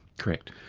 correct.